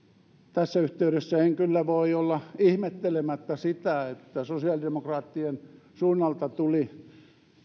tässä yhteydessä en kyllä voi olla ihmettelemättä sitä että sosiaalidemokraattien suunnalta tuli